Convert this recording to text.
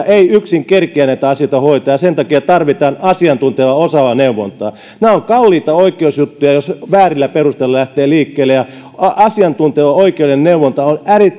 ei yksin kerkiä näitä asioita hoitaa ja sen takia tarvitaan asiantuntevaa osaavaa neuvontaa nämä ovat kalliita oikeusjuttuja jos väärillä perusteilla lähtee liikkeelle ja asiantunteva oikeudellinen neuvonta on